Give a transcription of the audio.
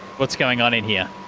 what's going on in here?